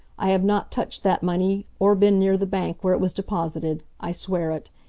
i have not touched that money or been near the bank where it was deposited. i swear it.